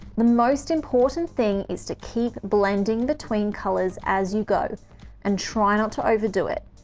the most important thing is to keep blending between colors as you go and try not to overdo it.